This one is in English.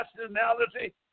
nationality